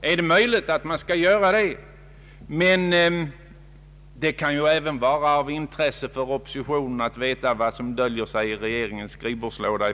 Det är möjligt att vi bör göra det, men det kan ju vara av intresse för oppositionen att veta vad som döljer sig i regeringens skrivbordslådor.